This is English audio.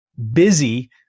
busy